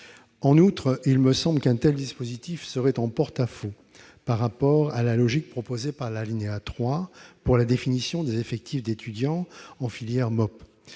Deuxièmement, un tel dispositif serait en porte-à-faux par rapport à la logique proposée par l'alinéa 3 pour la définition des effectifs d'étudiants en filières MMOP.